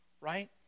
right